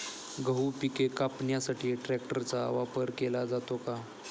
गहू पिके कापण्यासाठी ट्रॅक्टरचा उपयोग केला जातो का?